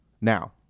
Now